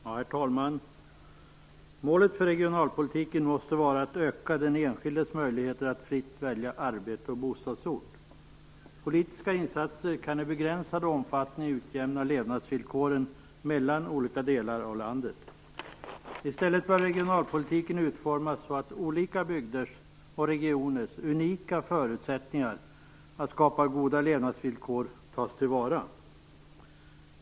Herr talman! Målet för regionalpolitiken måste vara att öka den enskildes möjligheter att fritt välja arbete och bostadsort. Politiska insatser kan i begränsad omfattning utjämna levnadsvillkoren mellan olika delar av landet. I stället bör regionalpolitiken utformas så att olika bygders och regioners unika förutsättningar att skapa goda levnadsvillkor tas till vara.